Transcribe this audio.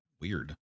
weird